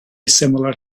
similar